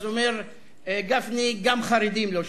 אז אומר גפני: גם חרדים לא שם.